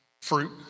fruit